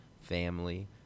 family